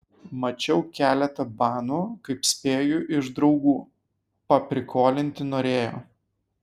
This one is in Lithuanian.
mačiau keletą banų kaip spėju iš draugų paprikolinti norėjo